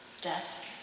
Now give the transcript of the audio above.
death